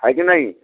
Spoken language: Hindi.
हैं कि नहीं